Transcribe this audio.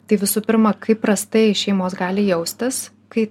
tai visų pirma kaip prastai šeimos gali jaustis kai